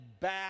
back